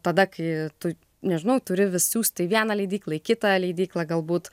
tada kai tu nežinau turi vis siųsti į vieną leidyklą į kitą leidyklą galbūt